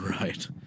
Right